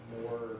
more